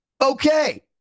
Okay